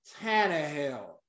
Tannehill